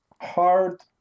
hard